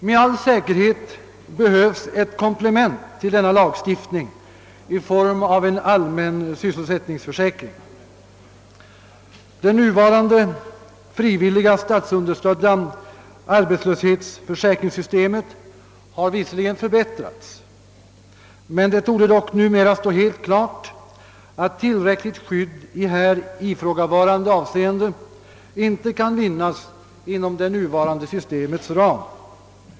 Med all säkerhet behövs ett komplement till lagstiftningen i form av en allmän sysselsättningsförsäkring. Det nuvarande frivilliga statsunderstödda arbetslöshetsförsäkringssystemet har visserligen förbättrats, men det torde numera stå helt klart att tillräckligt skydd i här ifrågavarande avseende inte kan vinnas inom det nuvarande systemets ram.